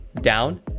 down